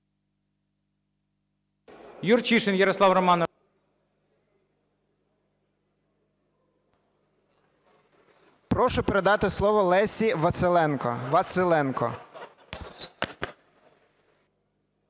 Прошу передати слово Лесі Василенко.